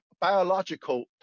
biological